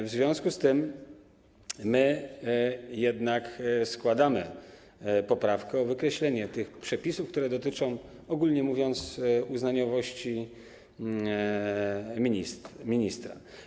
W związku z tym jednak składamy poprawkę, chodzi o wykreślenie tych przepisów, które dotyczą, ogólnie mówiąc, uznaniowości ministra.